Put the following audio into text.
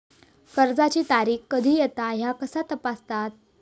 कर्जाची तारीख कधी येता ह्या कसा तपासतत?